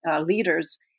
leaders